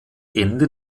ende